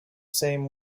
same